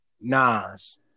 Nas